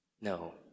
No